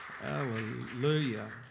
Hallelujah